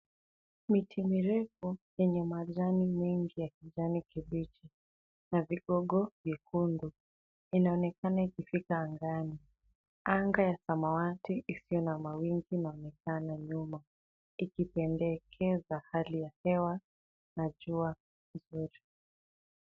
Miti mirefu yenye majani mengi ya kijani kibichi na vigogo vyekundu. Inaonekana ikifika angani. Anga ya samawati isiyo na mawingu inaonekana nyuma, ikipendekeza hali ya hewa na jua nzuri.